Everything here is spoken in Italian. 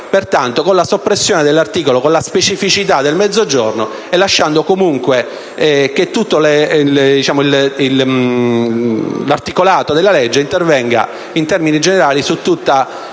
Lega, con la soppressione nell'articolo, della specificità del Mezzogiorno, lasciando quindi che tutto l'articolato del decreto-legge intervenga in termini generali su tutto